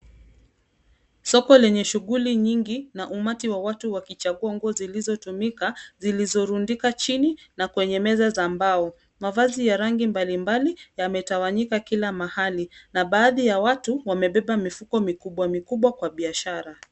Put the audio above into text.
Soko lenye shughuli nyingi na umati wa watu wakichagua nguo zilizotumika, zilizorundika chini na kwenye meza za mbao. Mavazi ya rangi mbalimbali yametawanyika kila mahali, na baadhi ya watu wamebeba mifuko mikubwa mikubwa kwa biashara.